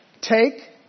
take